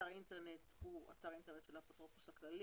אתר האינטרנט בו השירות יפורסם הוא אתר האינטרנט של האפוטרופוס הכללי.